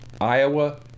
Iowa